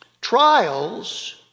Trials